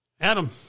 Adam